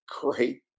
great